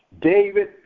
David